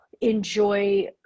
enjoy